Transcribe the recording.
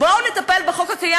בואו נטפל בחוק הקיים,